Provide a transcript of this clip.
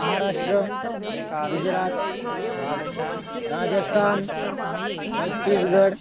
महाराष्ट्रं गुजरात् राजस्थानं छत्तीस्गढ